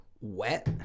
wet